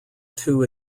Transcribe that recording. two